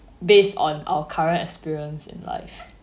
based on our current experience in life